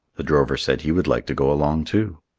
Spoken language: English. the drover said he would like to go along too.